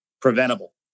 preventable